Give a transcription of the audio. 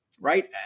right